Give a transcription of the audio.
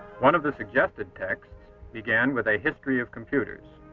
one of the suggested texts began with a history of computers.